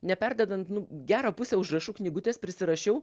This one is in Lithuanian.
neperdedant nu gerą pusę užrašų knygutės prisirašiau